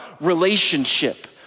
relationship